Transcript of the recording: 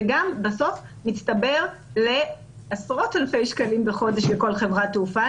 וגם בסוף זה מצטבר לעשרות אלפי שקלים בחודש לכל חברת תעופה,